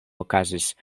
okazis